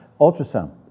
Ultrasound